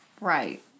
Right